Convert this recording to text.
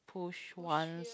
push once